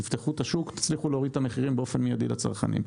תפתחו את השוק ותצליחו להוריד את המחירים באופן מיידי לצרכנים.